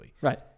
Right